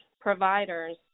providers